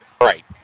right